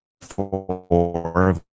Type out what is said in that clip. four